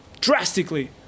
Drastically